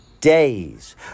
days